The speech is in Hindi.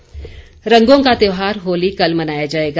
होली रंगों का त्योहार होली कल मनाया जाएगा